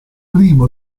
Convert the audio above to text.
primo